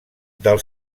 del